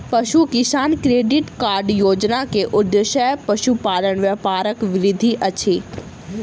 पशु किसान credit card योजना के उद्देश्य पशुपालन व्यापारक वृद्धि अछि